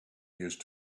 used